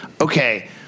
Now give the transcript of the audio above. okay